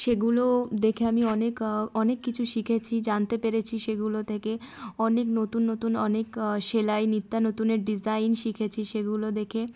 সেগুলো দেখে আমি অনেক অনেক কিছু শিখেছি জানতে পেরেছি সেগুলো থেকে অনেক নতুন নতুন অনেক সেলাই নিত্য নতুনের ডিজাইন শিখেছি সেগুলো দেখে